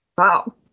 Wow